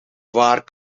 waar